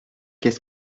qu’est